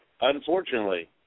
unfortunately